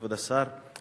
כבוד השר,